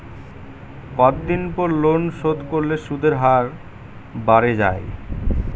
কতদিন পর লোন শোধ করলে সুদের হার বাড়ে য়ায়?